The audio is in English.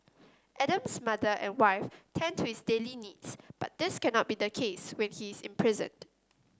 Adam's mother and wife tend to his daily needs but this cannot be the case when he is imprisoned